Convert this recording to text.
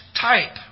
type